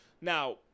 Now